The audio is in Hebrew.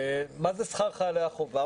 מה זה שכר חיילי החובה?